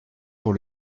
pour